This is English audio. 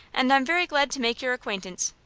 and i'm very glad to make your acquaintance.